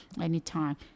anytime